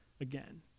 again